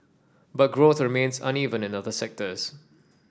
but growth remains uneven in other sectors